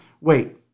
Wait